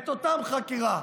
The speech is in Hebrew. את אותה חקירה.